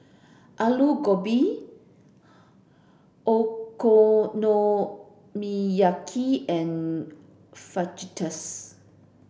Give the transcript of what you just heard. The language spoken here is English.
Alu Gobi Okonomiyaki and Fajitas